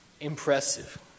impressive